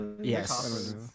Yes